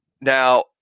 now